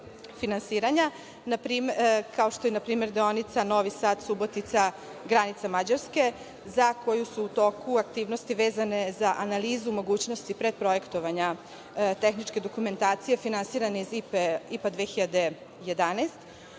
finansiranja, kao što je na primer deonica Novi Sad-Subotica-granica Mađarske, za koju su u toku aktivnosti vezane za analizu mogućnosti predprojektovanja tehničke dokumentacije finansirane iz IPA 2011.